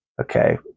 okay